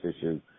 issue